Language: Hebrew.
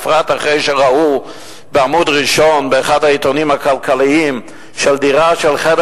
בפרט אחרי שראו בעמוד הראשון באחד העיתונים הכלכליים שדירה של חדר